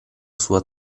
sua